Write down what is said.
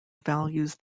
values